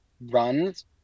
runs